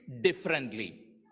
differently